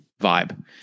vibe